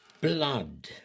Blood